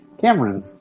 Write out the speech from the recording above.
Cameron